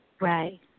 Right